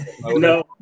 No